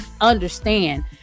understand